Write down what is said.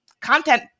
content